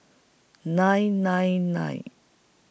nine nine nine